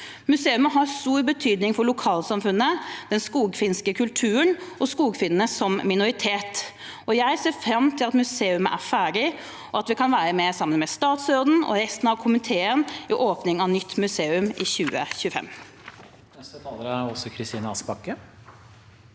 Museet har stor betydning for lokalsamfunnet, den skogfinske kulturen og skogfinnene som minoritet. Jeg ser fram til at museet er ferdig, og at vi kan være med sammen med statsråden og resten av komiteen i åpning av nytt museum i 2025. Åse Kristin Ask Bakke